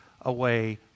away